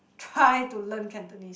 try to learn Cantonese